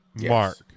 Mark